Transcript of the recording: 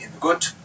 good